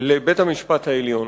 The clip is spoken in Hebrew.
לבית-המשפט העליון.